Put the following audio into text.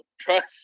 Trust